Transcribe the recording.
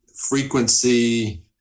frequency